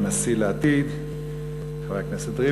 חברי הכנסת,